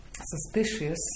suspicious